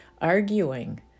Arguing